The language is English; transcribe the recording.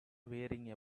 wearing